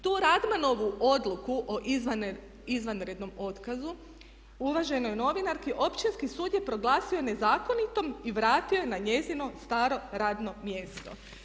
Tu Radmanovu odluku o izvanrednom otkazu uvaženoj novinarki Općinski sud je proglasio nezakonitom i vratio je na njezino staro radno mjesto.